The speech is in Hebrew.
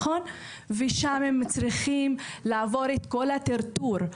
שם הם צריכים לעבור את כל הטרטור.